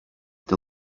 the